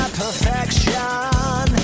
perfection